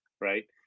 Right